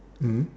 mm